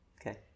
okay